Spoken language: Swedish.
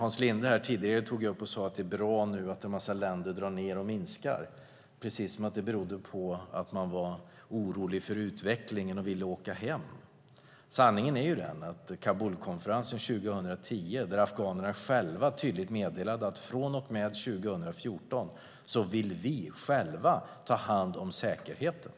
Hans Linde sade att det är bra att många länder drar ned och minskar, precis som om det berodde på att man var orolig för utvecklingen och ville åka hem. Sanningen är att på Kabulkonferensen 2010 meddelade afghanerna att de från och med 2014 själva vill ta hand om säkerheten.